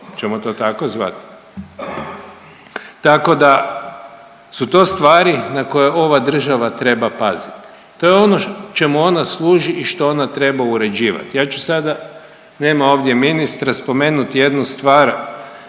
Hoćemo to tako zvati? Tako da su to stvari na koje ova država treba paziti. To je ono čemu ona služi i što ona treba uređivati. Ja ću sada, nema ovdje ministra, spomenuti jednu stvar